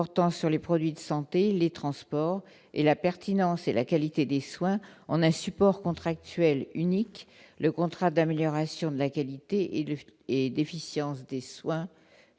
portant sur les produits de santé, les transports et la pertinence et la qualité des soins, on a support contractuel unique, le contrat d'amélioration de la qualité et le et efficience déçoit